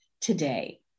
today